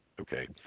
okay